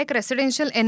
residential